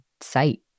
site